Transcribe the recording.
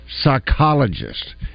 psychologist